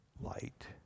light